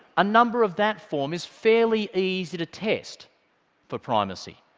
a number of that form is fairly easy to test for primacy.